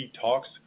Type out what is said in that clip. talks